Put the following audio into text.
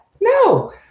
No